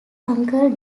uncle